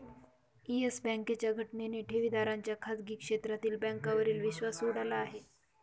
yes बँकेच्या घटनेने ठेवीदारांचा खाजगी क्षेत्रातील बँकांवरील विश्वास उडाला आहे